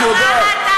על מה אתה מדבר?